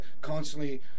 constantly